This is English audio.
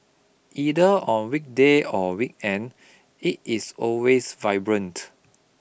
either on weekday or weekend it is always vibrant